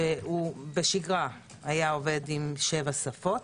שבשגרה היה עובד עם שבע שפות.